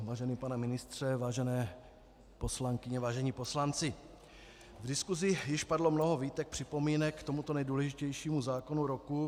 Vážený pane ministře, vážené poslankyně, vážení poslanci, v diskusi již padlo mnoho výtek, připomínek k tomuto nejdůležitějšímu zákonu roku.